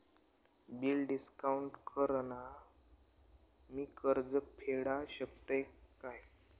Bill discount करान मी कर्ज फेडा शकताय काय?